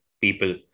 people